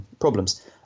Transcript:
problems